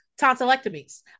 tonsillectomies